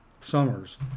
summers